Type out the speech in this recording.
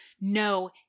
no